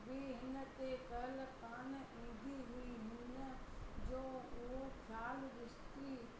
खे हिन ते काल्ह कोन ईंदी हुई हिन जो उहो ख़्याल ॾिसिती